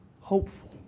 hopeful